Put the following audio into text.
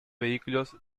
vehículos